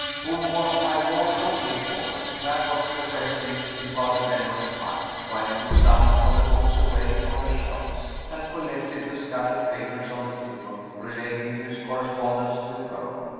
who was my lord looking for? that was the question in father benwell's mind, while he put some of the books away on the shelves, and collected the scattered papers on the table, relating to his correspondence with rome.